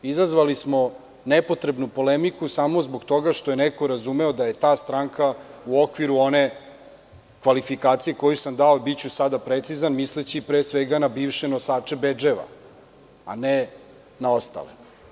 Izazvali smo nepotrebnu polemiku samo zbog toga što je neko razumeo da je ta stranka u okviru one kvalifikacije koju sam dao, biću sada precizan, misleći pre svega na bivše nosače bedževa, a ne na ostale.